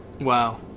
Wow